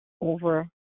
over